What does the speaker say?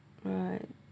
right